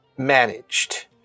managed